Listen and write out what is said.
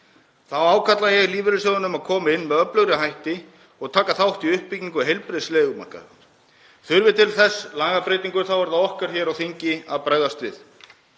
Þá ákalla ég lífeyrissjóðina að koma inn með öflugri hætti og taka þátt í uppbyggingu heilbrigðs leigumarkaðar. Þurfi til þess lagabreytingu er það okkar hér á þingi að bregðast við